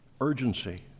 urgency